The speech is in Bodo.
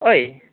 ओइ